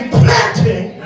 planting